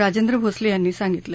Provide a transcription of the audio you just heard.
राजेंद्र भोसले यांनी सांगितले